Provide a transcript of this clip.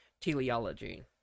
teleology